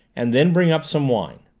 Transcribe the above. and then bring up some wine.